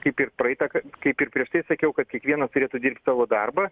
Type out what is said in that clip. kaip ir praeitą kaip ir prieš tai sakiau kad kiekvienas turėtų dirbt savo darbą